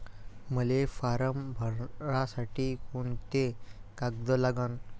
मले फारम भरासाठी कोंते कागद लागन?